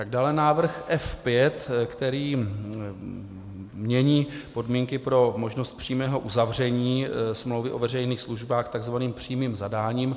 Dále návrh F5, který mění podmínky pro možnost přímého uzavření smlouvy o veřejných službách tzv. přímým zadáním.